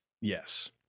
Yes